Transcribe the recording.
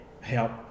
help